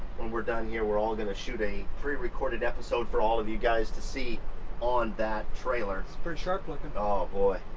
when we're done here, we're all going to shoot a pre-recorded episode for all of you guys to see on that trailer. it's pretty sharp looking. oh boy,